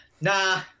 nah